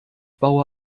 baue